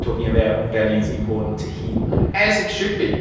talking about values important to him. as it should be.